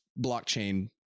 blockchain